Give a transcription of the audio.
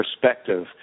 perspective